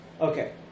Okay